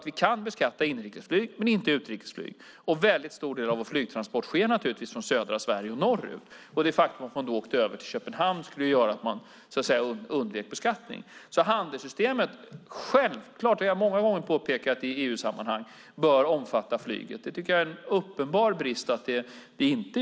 Vi kan beskatta inrikes flyg men inte utrikes flyg. En stor del av våra flygtransporter sker naturligtvis från södra Sverige och norrut. Om du åkte över till Köpenhamn skulle du så att säga undgå beskattning. Handelssystemet bör självklart - det har jag påpekat många gånger i EU-sammanhang - omfatta flyget. Det är en uppenbar brist att det inte gör det.